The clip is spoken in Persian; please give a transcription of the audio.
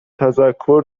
تذکر